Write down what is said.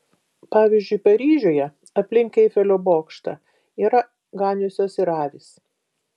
pavyzdžiui paryžiuje aplink eifelio bokštą yra ganiusios ir avys